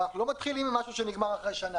אבל אנחנו לא מתחילים עם משהו שנגמר אחרי שנה.